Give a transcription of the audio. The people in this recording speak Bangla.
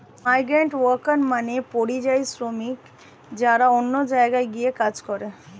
মাইগ্রান্টওয়ার্কার মানে পরিযায়ী শ্রমিক যারা অন্য জায়গায় গিয়ে কাজ করে